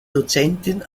dozentin